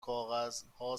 کاغذها